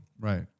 Right